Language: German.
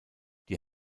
die